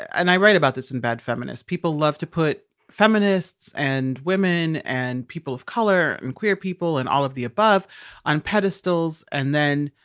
and i write about this in bad feminist. people love to put feminists and women and people of color and queer people and all of the above on pedestals. and then,